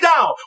down